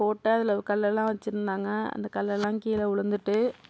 போட்டேன் அதில் கல்லெல்லாம் வச்சுருந்தாங்க அந்த கல்லெல்லாம் கீழே விழுந்துட்டு